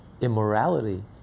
immorality